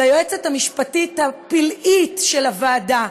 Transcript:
ליועצת המשפטית הפלאית של הוועדה,